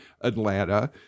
Atlanta